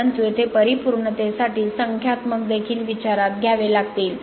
परंतु येथे परिपूर्णतेसाठी संख्यात्मक देखील विचारात घ्यावे लागतील